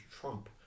Trump